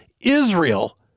Israel